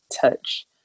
touch